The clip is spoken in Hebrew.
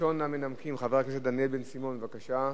ראשון המנמקים, חבר הכנסת דניאל בן-סימון, בבקשה.